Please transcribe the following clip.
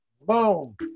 Boom